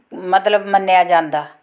ਮਤਲਬ ਮੰਨਿਆ ਜਾਂਦਾ